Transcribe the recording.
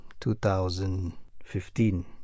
2015